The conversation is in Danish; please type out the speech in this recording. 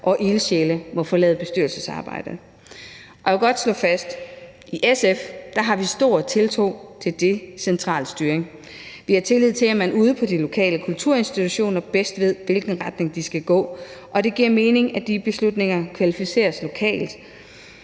og ildsjæle må forlade bestyrelsesarbejdet. Og jeg vil godt slå fast, at vi i SF har stor tiltro til en decentral styring. Vi har tillid til, at man ude på de lokale kulturinstitutioner bedst ved, i hvilken retning man skal gå, og det giver mening, at de beslutninger kvalificeres lokalt.